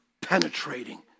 penetrating